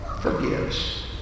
forgives